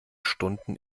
stunden